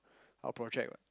our project [what]